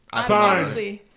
sign